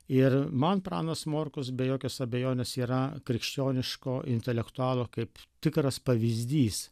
ir man pranas morkus be jokios abejonės yra krikščioniško intelektualo kaip tikras pavyzdys